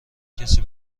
کسی